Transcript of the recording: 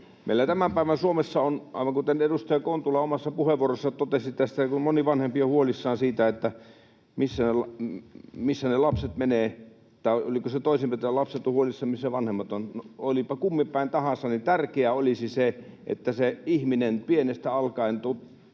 Meillä tämän päivän Suomessa, aivan kuten edustaja Kontula omassa puheenvuorossaan totesi, moni vanhempi on huolissaan siitä, missä ne lapset menevät, tai oliko se toisinpäin, että lapset ovat huolissaan, missä vanhemmat ovat. No, olipa kummin päin tahansa, niin tärkeää olisi, että se ihminen pienestä alkaen